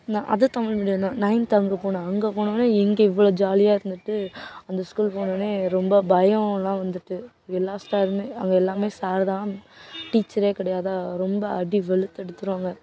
நான் அதுவும் தமிழ் மீடியம் தான் நைன்த்து அங்கே போனேன் அங்கே போனவொடனே இங்கே இவ்வளோ ஜாலியாக இருந்துவிட்டு அந்த ஸ்கூல் போனவொடனே ரொம்ப பயம்லாம் வந்துவிட்டு எல்லா சாரும் அங்கே எல்லாம் சாரு தான் டீச்சரே கிடையாதா ரொம்ப அடி வெளுத்தெடுத்துடுவாங்க